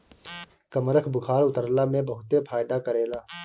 कमरख बुखार उतरला में बहुते फायदा करेला